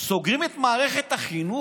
סוגרים את מערכת החינוך?